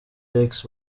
lakes